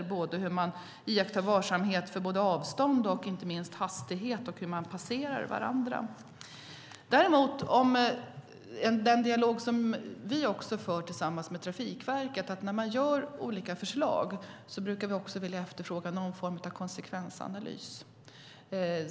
Det handlar om hur man iakttar varsamhet när det gäller avstånd och inte minst hastighet och när man passerar varandra. När det gäller den dialog som vi för tillsammans med Trafikverket kan jag säga att vi, när man gör olika förslag, också brukar vilja efterfråga någon form av konsekvensanalys.